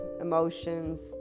emotions